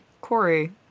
Corey